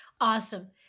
Awesome